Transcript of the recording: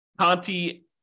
Conti